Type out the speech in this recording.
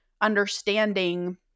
understanding